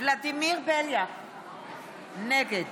ולדימיר בליאק, נגד